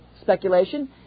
speculation